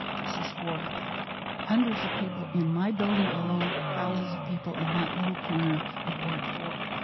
this is for hundreds of people in my building alone, thousands of people in that little corner of ward four.